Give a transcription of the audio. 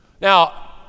Now